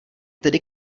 tedy